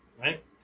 right